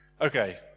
Okay